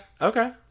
okay